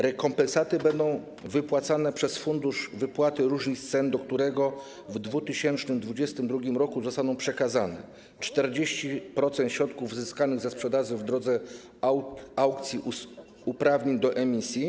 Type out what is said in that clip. Rekompensaty będą wypłacane przez Fundusz Wypłaty Różnicy Ceny, do którego w 2022 r. zostanie przekazane 40% środków uzyskanych ze sprzedaży w drodze aukcji uprawnień do emisji.